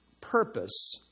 purpose